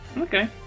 Okay